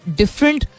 different